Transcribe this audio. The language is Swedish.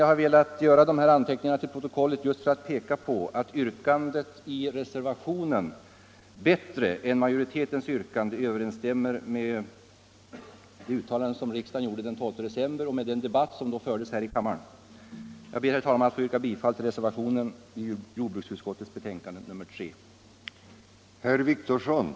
Jag har velat göra de här anteckningarna till protokollet just för att peka på att yrkandet i reservationen bättre än majoritetens yrkande överensstämmer med det uttalande som riksdagen gjorde den 12 december 1974 och med den debatt som då fördes här i kammaren. Jag ber, herr talman, att få yrka bifall till den vid jordbruksutskottets betänkande nr 3 fogade reservationen.